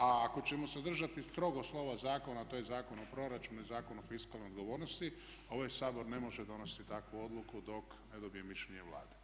A ako ćemo se držati strogo slova zakona, a to je Zakon o proračunu i Zakon o fiskalnoj odgovornosti ovaj Sabor ne može donositi takvu odluku dok ne dobije mišljenje Vlade.